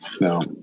No